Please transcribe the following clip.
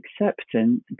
acceptance